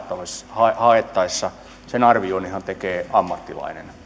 haettaessa tekee ammattilainen